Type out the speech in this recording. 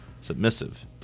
Submissive